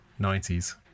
90s